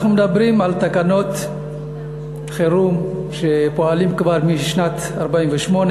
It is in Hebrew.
אנחנו מדברים על תקנות חירום שפועלות כבר משנת 1948,